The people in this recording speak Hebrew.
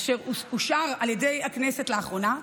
אשר אושר על ידי הכנסת לאחרונה,